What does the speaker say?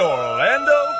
Orlando